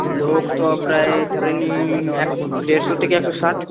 লোক তো প্রায় ধরে নিন এক দেড়শো থেকে একশো ষাট